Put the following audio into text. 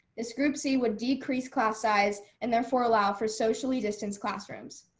this group c would decrease class size and therefore allow for socially distance classrooms.